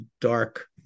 dark